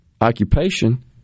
occupation